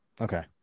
Okay